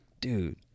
dude